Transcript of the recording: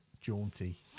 jaunty